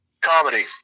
Comedy